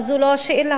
אבל זו לא השאלה.